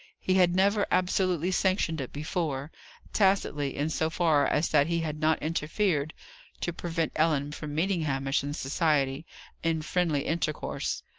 he had never absolutely sanctioned it before tacitly, in so far as that he had not interfered to prevent ellen from meeting hamish in society in friendly intercourse.